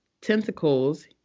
tentacles